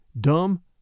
dumb